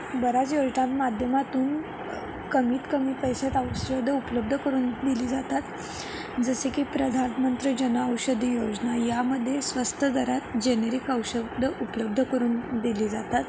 बऱ्याच योजना माध्यमातून कमीत कमी पैशात औषधं उपलब्ध करून दिली जातात जसे की प्रधानमंत्री जन औषधी योजना यामध्ये स्वस्त दरात जेनेरिक औषध उपलब्ध करून दिली जातात